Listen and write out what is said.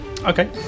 Okay